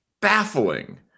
baffling